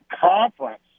conference